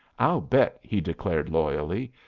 i'll bet, he declared loyally,